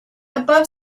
above